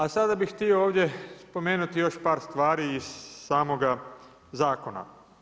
A sad bi htio ovdje spomenuti još par stvari iz samoga zakona.